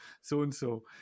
so-and-so